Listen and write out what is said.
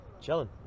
chilling